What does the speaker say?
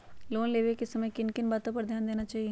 Loan लेने के समय किन किन वातो पर ध्यान देना चाहिए?